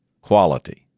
quality